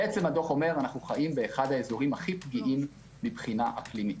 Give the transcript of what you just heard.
בעצם הדוח אומר שאנו חיים באחד האזורים הכי פגיעים מבחינה אקלימית.